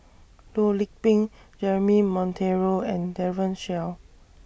Loh Lik Peng Jeremy Monteiro and Daren Shiau